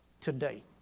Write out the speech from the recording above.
today